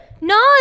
No